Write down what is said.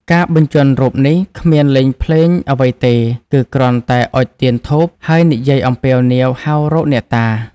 ការបញ្ជាន់រូបនេះគ្មានលេងភ្លាងអ្វីទេ គឺគ្រាន់តែអុជទៀនធូប ហើយនិយាយអំពាវនាវហៅរកអ្នកតា ។